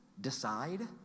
decide